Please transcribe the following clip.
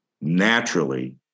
naturally